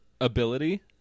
ability